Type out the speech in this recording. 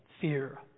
fear